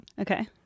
Okay